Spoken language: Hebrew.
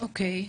אוקיי.